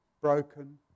broken